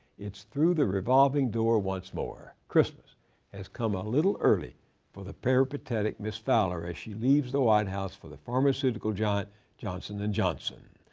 it's through the revolving door once more. christmas has come a little early for the peripatetic ms. fowler, as she leaves the white house for the pharmaceutical giant johnson and johnson.